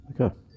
Okay